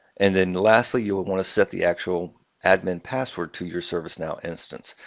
and then lastly, you would want to set the actual admin password to your servicenow instance.